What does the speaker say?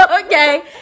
Okay